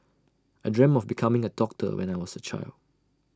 I dreamt of becoming A doctor when I was A child